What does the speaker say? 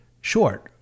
short